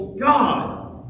God